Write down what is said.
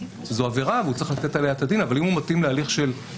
זו עבירה והוא צריך לתת עליה את הדין אבל אם הוא מתאים להליך קהילתי,